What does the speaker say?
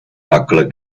takhle